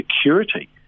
security